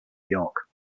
york